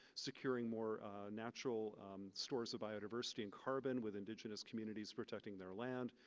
securing more natural stores of biodiversity and carbon, with indigenous communities protecting their land,